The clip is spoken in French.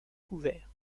couvert